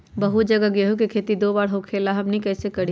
बहुत जगह गेंहू के खेती दो बार होखेला हमनी कैसे करी?